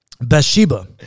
Bathsheba